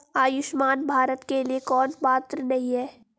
आयुष्मान भारत के लिए कौन पात्र नहीं है?